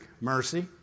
Mercy